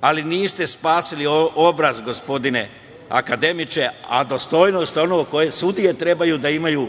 ali niste spasili obraz gospodine akademiče, a dostojnost je ono koje sudije treba da imaju,